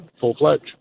full-fledged